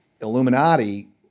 Illuminati